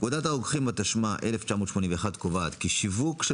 פקודת הרוקחים התשמ"א-1981 קובעת כי שיווק של